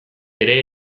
ere